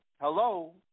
Hello